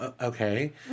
okay